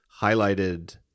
highlighted